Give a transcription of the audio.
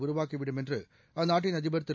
இந்த உருவாக்கிவிடும் என்று அந்நாட்டின் அதிபர் திரு